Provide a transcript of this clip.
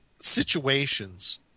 situations